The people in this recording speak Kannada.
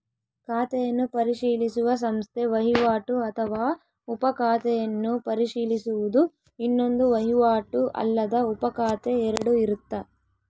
ಖಾತೆಯನ್ನು ಪರಿಶೀಲಿಸುವ ಸಂಸ್ಥೆ ವಹಿವಾಟು ಅಥವಾ ಉಪ ಖಾತೆಯನ್ನು ಪರಿಶೀಲಿಸುವುದು ಇನ್ನೊಂದು ವಹಿವಾಟು ಅಲ್ಲದ ಉಪಖಾತೆ ಎರಡು ಇರುತ್ತ